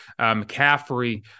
McCaffrey